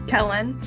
Kellen